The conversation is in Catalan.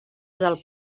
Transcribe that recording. del